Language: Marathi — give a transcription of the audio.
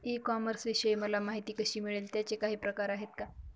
ई कॉमर्सविषयी मला माहिती कशी मिळेल? त्याचे काही प्रकार आहेत का?